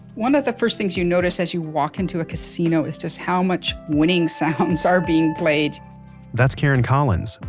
one of the first things you notice as you walk into a casino is just how much winning sounds are being played that's karen collins.